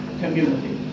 community